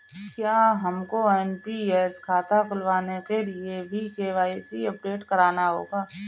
क्या हमको एन.पी.एस खाता खुलवाने के लिए भी के.वाई.सी अपडेट कराना होगा?